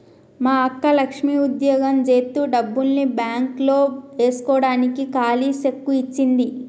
మా అక్క లక్ష్మి ఉద్యోగం జేత్తు డబ్బుల్ని బాంక్ లో ఏస్కోడానికి కాలీ సెక్కు ఇచ్చింది